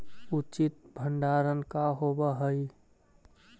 उचित भंडारण का होव हइ?